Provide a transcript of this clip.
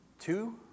Two